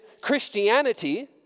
Christianity